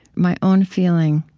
my own feeling,